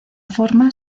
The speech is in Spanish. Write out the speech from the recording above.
forma